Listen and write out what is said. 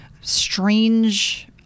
strange